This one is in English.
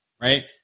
right